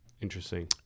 interesting